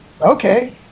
Okay